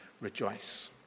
rejoice